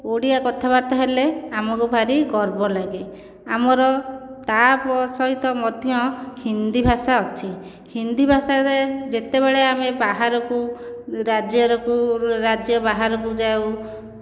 ଓଡ଼ିଆ କଥାବାର୍ତ୍ତା ହେଲେ ଆମକୁ ଭାରି ଗର୍ବ ଲାଗେ ଆମର ତା'ସହିତ ମଧ୍ୟ ହିନ୍ଦୀ ଭାଷା ଅଛି ହିନ୍ଦୀ ଭାଷାରେ ଯେତେବେଳେ ଆମେ ବାହାରକୁ ରାଜ୍ୟକୁ ରାଜ୍ୟ ବାହାରକୁ ଯାଉ